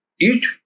eat